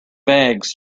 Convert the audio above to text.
bags